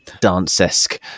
dance-esque